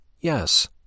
Yes